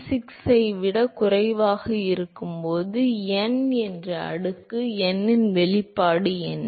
6 ok ஐ விட குறைவாக இருக்கும் போது n என்ற அடுக்கு n இன் வெளிப்பாடு என்ன